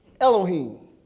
Elohim